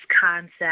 concept